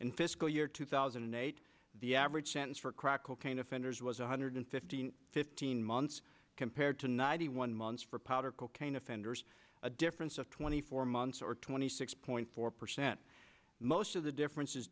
fiscal year two thousand and eight the average sentence for crack cocaine offenders was one hundred fifteen fifteen months compared to ninety one months for powder cocaine offenders a difference of twenty four months or twenty six point four percent most of the difference